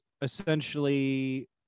essentially